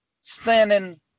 standing